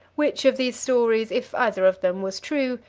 which of these stories, if either of them, was true,